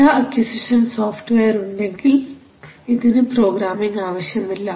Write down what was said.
data acquisition software ഉണ്ടെങ്കിൽ ഇതിന് programming ആവശ്യമില്ല